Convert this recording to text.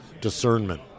discernment